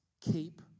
keep